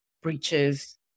breaches